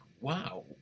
wow